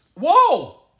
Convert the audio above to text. Whoa